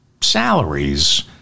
salaries